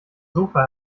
sofa